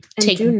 take